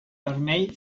vermell